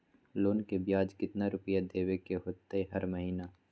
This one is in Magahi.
लोन के ब्याज कितना रुपैया देबे के होतइ हर महिना?